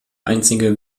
einzige